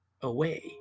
away